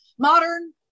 Modern